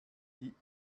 die